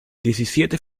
diecisiete